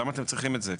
למה אתם צריכים את זה?